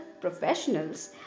professionals